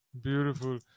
Beautiful